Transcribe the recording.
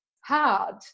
hard